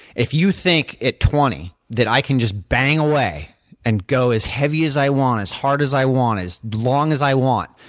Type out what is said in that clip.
if you think at twenty that i can just bang away and go as heavy as i want, as hard as i want, as long as i want,